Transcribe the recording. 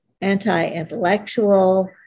anti-intellectual